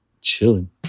chilling